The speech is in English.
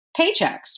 paychecks